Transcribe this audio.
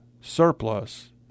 surplus